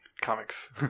comics